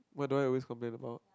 what do I always complain about